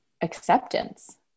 acceptance